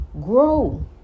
Grow